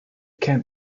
kemp